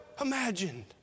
imagined